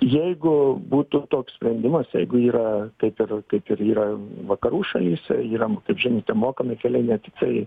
jeigu būtų toks sprendimas jeigu yra kaip ir kaip if yra vakarų šalyse yra nu kaip žinote mokami keliai ne tiktai